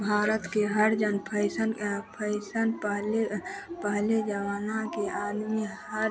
भारत के हर जन फइसन का फइसन पहले पहले जमना के आदमी हर